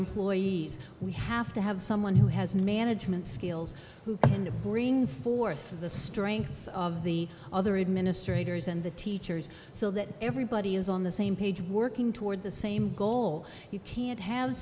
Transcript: employees we have to have someone who has management skills who can bring forth the strengths of the other administrators and the teachers so that everybody is on the same page working toward the same goal you can't have